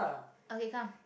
okay come